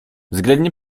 względnie